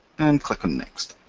and click on next.